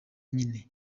nyine